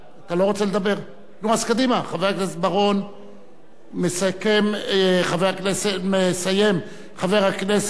חבר הכנסת בר-און, ומסיים חבר הכנסת אלקין.